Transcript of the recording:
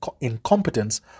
incompetence